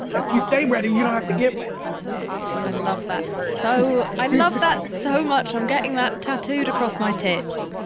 if you stay ready, you don't have to get ready i love that so, i love that so much. i'm getting that tattooed across my tits